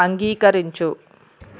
అంగీకరించు